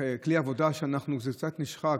כלי עבודה שקצת נשחק,